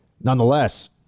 nonetheless